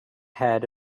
head